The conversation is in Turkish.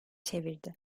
çevirdi